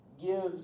gives